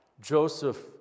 Joseph